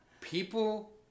people